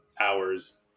hours